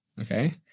Okay